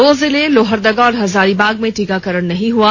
दो जिले लोहरदगा और हजारीबाग में टीकाकरण नहीं हुआ